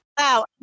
Wow